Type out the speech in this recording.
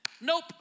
nope